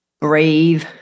breathe